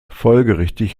folgerichtig